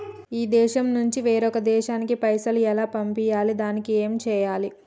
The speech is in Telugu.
ఈ దేశం నుంచి వేరొక దేశానికి పైసలు ఎలా పంపియ్యాలి? దానికి ఏం చేయాలి?